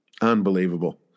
Unbelievable